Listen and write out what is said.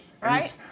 Right